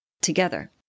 together